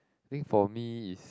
think for me is